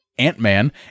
Ant-Man